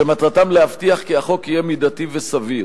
שמטרתם להבטיח כי החוק יהיה מידתי וסביר.